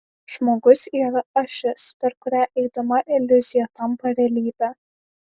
žmogus yra ašis per kurią eidama iliuzija tampa realybe